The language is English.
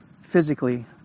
physically